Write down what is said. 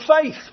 faith